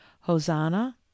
hosanna